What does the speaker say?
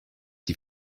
die